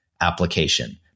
application